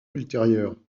ultérieur